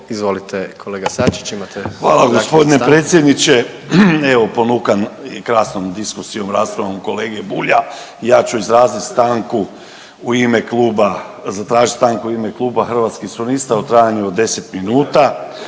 Hvala gospodine predsjedavajući.